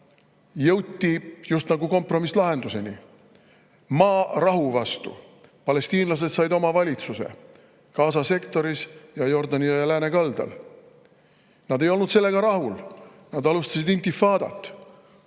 ja jõuti just nagu kompromisslahenduseni: maa rahu vastu. Palestiinlased said oma valitsuse Gaza sektoris ja Jordani jõe läänekaldal. Nad ei olnud sellega rahul, nad alustasidintifada't.